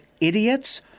idiots